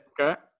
Okay